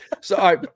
Sorry